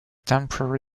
temporary